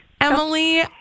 Emily